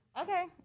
Okay